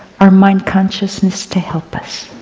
our mind consciousness, to help us.